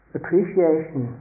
appreciation